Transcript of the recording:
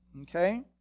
Okay